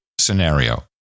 Scenario